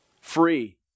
Free